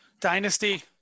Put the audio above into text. Dynasty